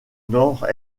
nord